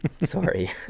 Sorry